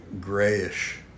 grayish